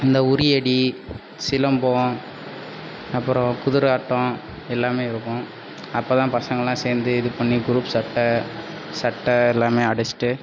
இந்த உறியடி சிலம்பம் அப்புறம் குதிர ஆட்டம் எல்லாமே இருக்கும் அப்போதான் பசங்கள்லான் சேர்ந்து இது பண்ணி குரூப் சட்டை சட்டை எல்லாமே அடிச்சிகிட்டு